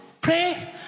pray